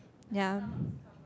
ya